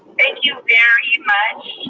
thank you very much,